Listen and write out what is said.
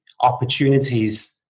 opportunities